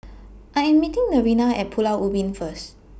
I Am meeting Nevaeh At Pulau Ubin First